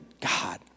God